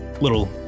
little